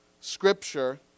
scripture